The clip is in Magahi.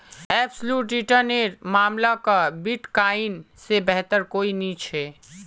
एब्सलूट रिटर्न नेर मामला क बिटकॉइन से बेहतर कोई नी छे